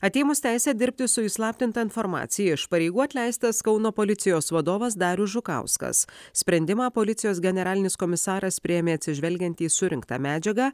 atėmus teisę dirbti su įslaptinta informacija iš pareigų atleistas kauno policijos vadovas darius žukauskas sprendimą policijos generalinis komisaras priėmė atsižvelgiant į surinktą medžiagą